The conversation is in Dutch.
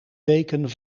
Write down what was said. weken